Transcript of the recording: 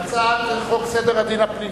ההצעה קיבלה פטור מחובת הנחה.